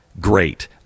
great